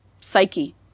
psyche